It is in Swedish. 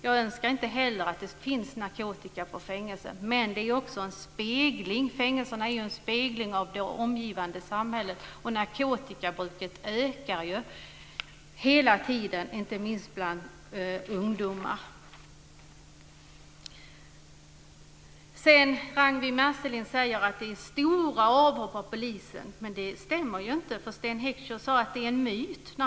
Jag önskar inte heller att det ska finnas narkotika på fängelserna. Men fängelserna är en spegling av det omgivande samhället. Narkotikabruket ökar hela tiden, inte minst bland ungdomar. Ragnwi Marcelind talar om stora avhopp inom polisen. Men det stämmer inte. Sten Heckscher sade att det var en myt.